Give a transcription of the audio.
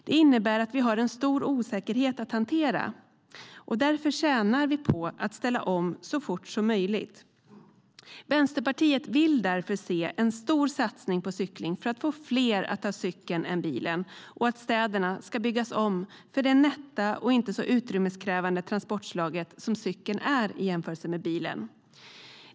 Det innebär att vi har en stor osäkerhet att hantera, och därför tjänar på att ställa om så fort som möjligt. Vänsterpartiet vill därför se en stor satsning på cykling för att få fler att ta cykeln än bilen och att städerna ska byggas om för det nätta och inte så utrymmeskrävande transportslag som cykeln är i jämförelse med bilen.